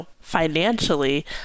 financially